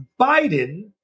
Biden